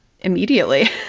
immediately